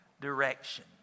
direction